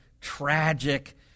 tragic